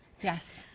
Yes